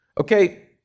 Okay